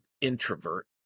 introvert